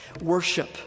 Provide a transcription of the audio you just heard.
Worship